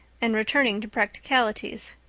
and returning to practicalities.